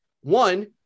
one